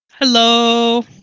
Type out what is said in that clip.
hello